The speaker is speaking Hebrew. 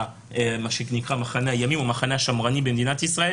מה שנקרא מחנה הימין או המחנה השמרני במדינת ישראל